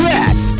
Yes